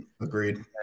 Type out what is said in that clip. Agreed